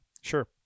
Sure